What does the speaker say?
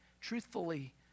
truthfully